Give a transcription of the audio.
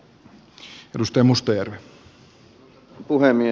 arvoisa puhemies